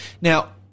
Now